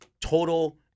total